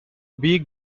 big